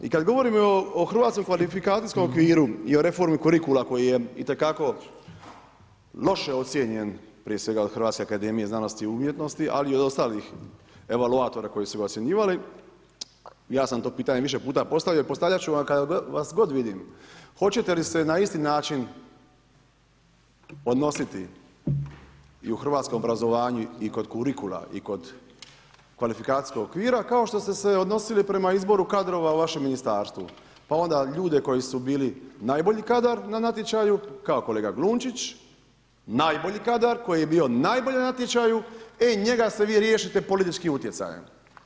I kad govorimo o Hrvatskom kvalifikacijskom okviru i o reformi kurikula koji je itekako loše ocijenjen prije svega od Hrvatske akademije znanosti i umjetnosti, ali i ostalih evaluatora koji su vas ocjenjivali, ja sam to pitanje više puta postavio, postavljat ću vam kad vas god vidim, hoćete li se na isti način odnositi i u hrvatskom obrazovanju i kod kurikula i kod kvalifikacijskog okvira kao što ste se odnosili prema izboru kadrova u vašem ministarstvu pa onda ljude koji su bili najbolji kadar na natječaju, kao kolega Glunčić, najbolji kadar koji je bio najbolji na natječaju, e njega se vi riješite političkim utjecajem.